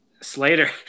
Slater